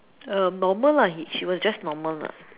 um normal lah he she was just normal lah